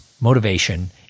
motivation